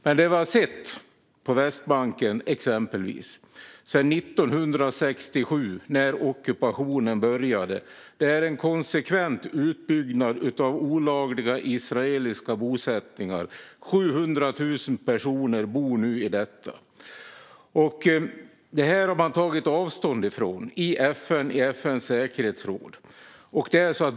Men det vi har sett, exempelvis på Västbanken, sedan 1967 när ockupationen började är en konsekvent utbyggnad av olagliga israeliska bosättningar - 700 000 personer bor nu i dessa. Detta har man tagit avstånd från i FN:s säkerhetsråd.